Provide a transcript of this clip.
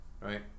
Right